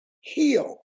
heal